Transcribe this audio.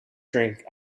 drink